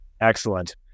Excellent